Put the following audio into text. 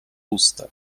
usta